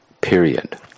period